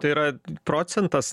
tai yra procentas